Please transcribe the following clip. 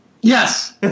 Yes